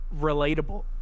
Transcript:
relatable